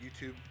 YouTube